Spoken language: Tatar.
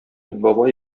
бабай